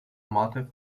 máte